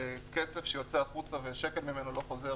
זה כסף שיוצא החוצה ושקל ממנו לא חוזר